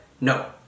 No